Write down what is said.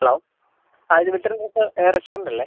hello ആ ഇത് Wilton hotel റസ്റ്റോറൻറ്റല്ലേ